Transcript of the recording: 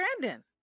brandon